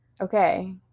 Okay